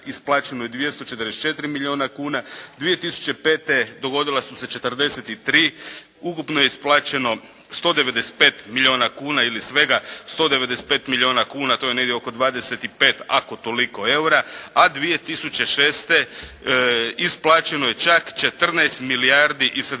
isplaćeno je 244 milijuna kuna. 2005. dogodila su se četrdeset i tri. Ukupno je isplaćeno 195 milijuna kuna ili svega 195 milijuna kuna, to je negdje oko 25 ako toliko eura a 2006. isplaćeno je čak 14 milijardi i 77 milijuna